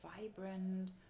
vibrant